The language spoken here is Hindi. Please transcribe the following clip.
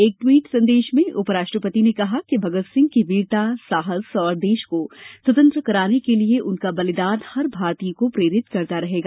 एक ट्वीट संदेश में उपराष्ट्रपति ने कहा कि भगत सिंह की वीरता साहस और देश को स्वतंत्र कराने के लिए उनका बलिदान हर भारतीय को प्रेरित करता रहेगा